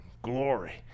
glory